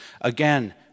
Again